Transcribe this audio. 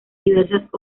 diversas